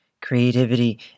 Creativity